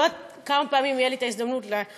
אני לא יודעת כמה פעמים תהיה לי ההזדמנות לעמוד